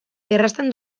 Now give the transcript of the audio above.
errazten